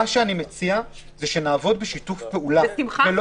אני מציע שנעבוד בשיתוף פעולה ולא